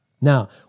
Now